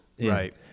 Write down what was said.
Right